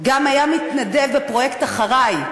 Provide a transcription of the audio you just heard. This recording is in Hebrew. גם היה מתנדב בפרויקט "אחריי!"